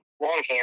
longhand